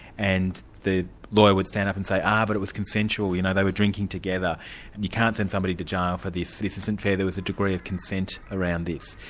and the lawyer would stand up and say, ah, but it was consensual, you know, they were drinking together and you can't send somebody to jail for this, this isn't fair, there was a degree of consent around this.